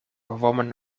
woman